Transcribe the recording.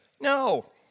No